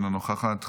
אינה נוכחת,